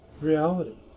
reality